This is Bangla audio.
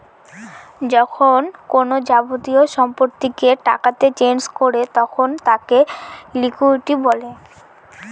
যখন কোনো যাবতীয় সম্পত্তিকে টাকাতে চেঞ করে তখন তাকে লিকুইডিটি বলে